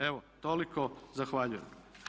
Evo toliko, zahvaljujem.